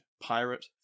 pirate